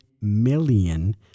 million